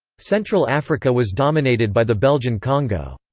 central africa was dominated by the belgian congo.